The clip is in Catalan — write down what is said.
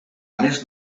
més